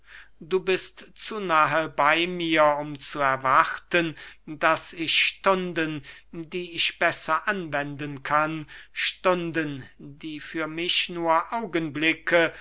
du bist zu nahe bey mir um zu erwarten daß ich stunden die ich besser anwenden kann stunden die für mich nur augenblicke